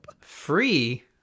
Free